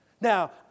Now